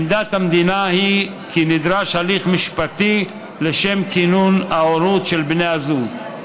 עמדת המדינה היא כי נדרש הליך משפטי לשם כינון ההורות של בני הזוג.